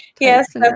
Yes